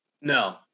No